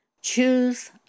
Choose